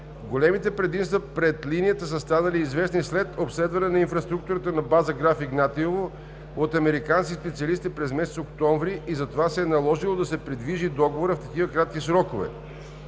Големите предимства пред линията са станали известни след обследване на инфраструктурата на база Граф Игнатиево от американски специалисти през месец октомври и затова се е наложило да се придвижи договорът в такива кратки срокове.